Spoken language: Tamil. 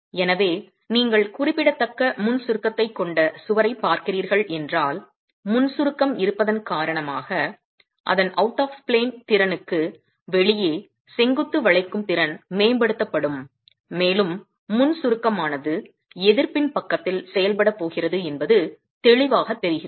எனவே நீங்கள் குறிப்பிடத்தக்க முன் சுருக்கத்தைக் கொண்ட சுவரைப் பார்க்கிறீர்கள் என்றால் முன் சுருக்கம் இருப்பதன் காரணமாக அதன் அவுட் ஆப் பிளேன் திறனுக்கு வெளியே செங்குத்து வளைக்கும் திறன் மேம்படுத்தப்படும் மேலும் முன் சுருக்கமானது எதிர்ப்பின் பக்கத்தில் செயல்படப் போகிறது என்பது தெளிவாகத் தெரிகிறது